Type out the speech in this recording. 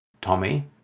Tommy